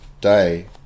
day